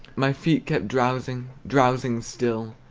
my feet kept drowsing, drowsing still,